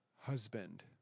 husband